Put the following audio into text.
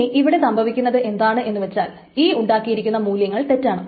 ഇനി ഇവിടെ സംഭവിക്കുന്നത് എന്താണെന്നു വച്ചാൽ ഈ ഉണ്ടാക്കിയിരിക്കുന്ന മൂല്യങ്ങൾ തെറ്റാണ്